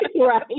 right